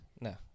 No